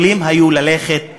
יכולים היו ללכת לחינוך,